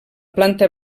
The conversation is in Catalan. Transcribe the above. planta